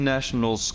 National